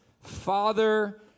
father